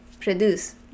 produce